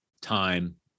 time